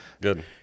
Good